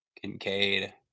Kincaid